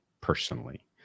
personally